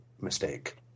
mistake